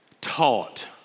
taught